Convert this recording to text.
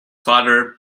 father